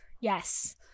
yes